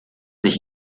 nicht